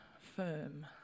firm